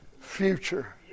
future